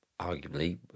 arguably